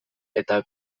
eta